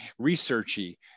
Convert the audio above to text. researchy